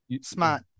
Smart